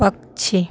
पक्षी